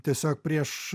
tiesiog prieš